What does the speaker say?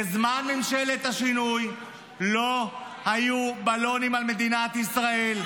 בזמן ממשלת השינוי לא היו בלונים על מדינת ישראל,